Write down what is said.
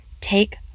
take